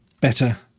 better